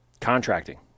contracting